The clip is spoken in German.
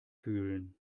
fühlen